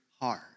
hard